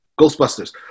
Ghostbusters